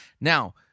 Now